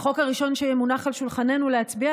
החוק הראשון שמונח על שולחננו להצביע